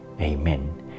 Amen